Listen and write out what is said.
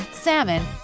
salmon